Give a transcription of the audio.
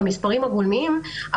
במספרים הגולמיים,